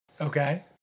Okay